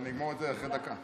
אני אגמור את זה אחרי דקה.